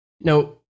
Now